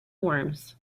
worms